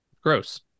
Gross